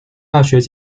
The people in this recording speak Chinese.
大学